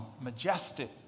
majestic